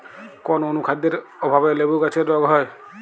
কোন অনুখাদ্যের অভাবে লেবু গাছের রোগ হয়?